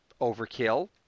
overkill